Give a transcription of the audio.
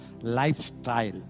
lifestyle